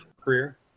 career